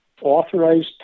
authorized